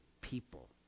people